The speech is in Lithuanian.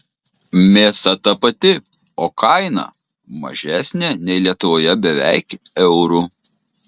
mėsa ta pati o kaina mažesnė nei lietuvoje beveik euru